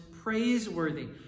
praiseworthy